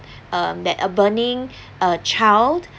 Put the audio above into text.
uh that a burning uh child